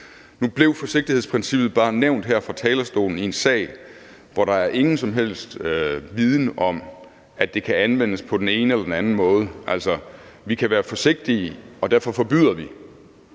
Nu blev forsigtighedsprincippet bare nævnt her fra talerstolen i en sag, hvor der ingen som helst viden er om, hvorvidt det kan anvendes på den ene eller den anden måde. Vi kan være forsigtige og derfor forbyde, men